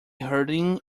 harding